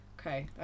okay